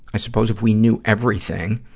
i suppose if we knew everything,